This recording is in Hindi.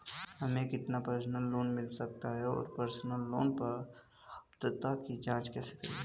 हमें कितना पर्सनल लोन मिल सकता है और पर्सनल लोन पात्रता की जांच कैसे करें?